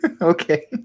okay